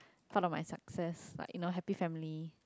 part of my success like you know happy family